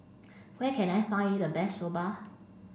where can I find the best Soba